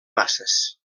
masses